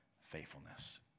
faithfulness